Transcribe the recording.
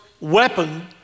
weapon